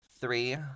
three